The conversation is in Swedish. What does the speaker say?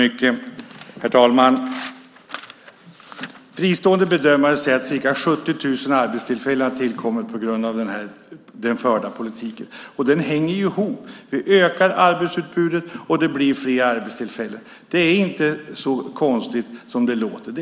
Herr talman! Fristående bedömare säger att ca 70 000 arbetstillfällen har tillkommit på grund av den förda politiken. Den hänger ihop. Vi ökar arbetsutbudet, och det blir fler arbetstillfällen. Det är inte så konstigt som det låter.